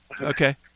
Okay